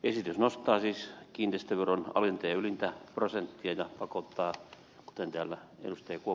esitys nostaa siis kiinteistöveron alinta ja ylintä prosenttia ja pakottaa kuten täällä ed